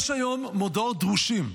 יש היום מודעות דרושים,